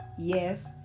Yes